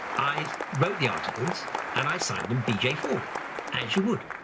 i wrote the articles and i signed them b. j. ford as you would.